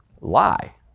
lie